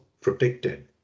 protected